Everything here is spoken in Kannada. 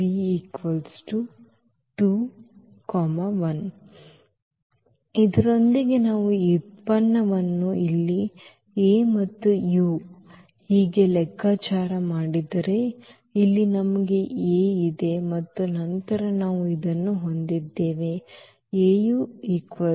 ಮತ್ತು ಇದರೊಂದಿಗೆ ನಾವು ಈ ಉತ್ಪನ್ನವನ್ನು ಇಲ್ಲಿ A ಮತ್ತು u ಹೀಗೆ ಲೆಕ್ಕಾಚಾರ ಮಾಡಿದರೆ ಇಲ್ಲಿ ನಮಗೆ ಈ A ಇದೆ ಮತ್ತು ನಂತರ ನಾವು ಇದನ್ನು ಹೊಂದಿದ್ದೇವೆ